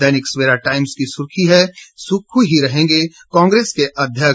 दैनिक Savera Times की सुर्खी है सुक्खू ही रहेंगे कांग्रेस के अध्यक्ष